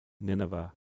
Nineveh